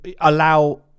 allow